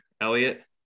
Elliot